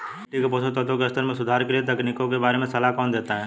मिट्टी के पोषक तत्वों के स्तर में सुधार के लिए तकनीकों के बारे में सलाह कौन देता है?